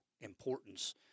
importance